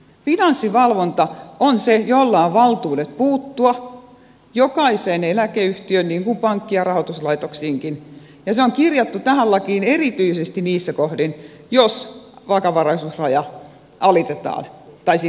finanssivalvonta on se jolla on valtuudet puuttua jokaiseen eläkeyhtiöön niin kuin pankki ja rahoituslaitoksiinkin ja se on kirjattu tähän lakiin erityisesti niissä kohdin jos vakavaraisuusraja alitetaan tai sitä mennään lähelle